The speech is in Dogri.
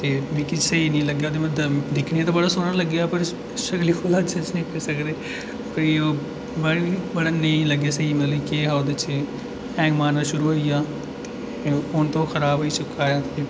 मिकी स्हेई नेईं लग्गेआ ते दिक्खने ई ते बड़ा सोह्ना लग्गेआ ते पर शकली कोला जज नेईं करी सकदे कोई ओह् मतलब नेईं लग्गै स्हेई पता नेईं केह् हा ओह्दे च हैंग मारना शुरू होई गेआ ते हून तां ओह् खराब होई चुके दा ऐ